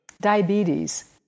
diabetes